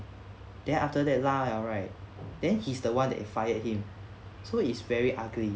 then after that 拉 liao right then he's the one that fired him so is very ugly